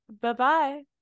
Bye-bye